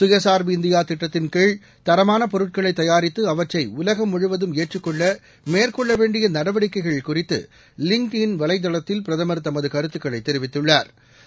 சுயசா்பு இந்தியா திட்டத்தின்கீழ் தரமான பொருட்களை தயாரித்து அவற்றை உலகம் முழுவதும் ஏற்றுக்கொள்ள மேற்கொள்ள வேண்டிய நடவடிக்கைகள் குறித்து லிங்க்ட் இன் வலைதளத்தில் பிரதமா் தமது கருத்துக்களை தெரிவித்துள்ளாா்